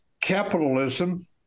capitalism